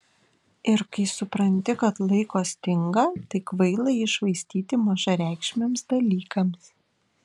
ir kai supranti kad laiko stinga tai kvaila jį švaistyti mažareikšmiams dalykams